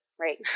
right